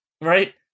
Right